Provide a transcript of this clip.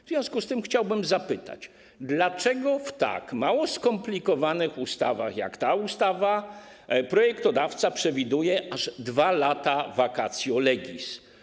W związku z tym chciałbym zapytać: Dlaczego w tak mało skomplikowanych ustawach jak ta ustawa projektodawca przewiduje aż 2 lata vacatio legis?